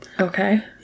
Okay